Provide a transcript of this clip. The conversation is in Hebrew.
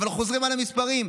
אבל חוזרים על המספרים.